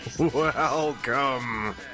Welcome